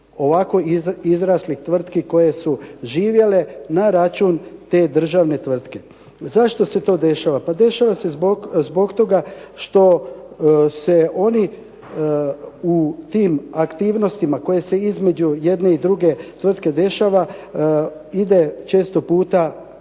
ovako izraslih tvrtki koje su živjele na račun te državne tvrtke. Zašto se to dešava? Pa dešava se zbog toga što se oni u tim aktivnostima koje se između jedne i druge tvrtke dešava ide često puta